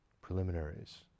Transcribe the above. preliminaries